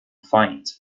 feind